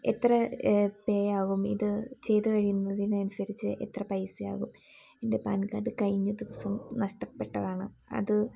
എത്ര പേയാവും ഇത് ചെയ്ത് കഴിയുന്നതിനനുസരിച്ച് എത്ര പൈസയാകും എൻ്റെ പാൻ കാർഡ് കഴിഞ്ഞ ദിവസം നഷ്ടപ്പെട്ടതാണ് അത്